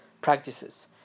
practices